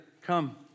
Come